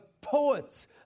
poets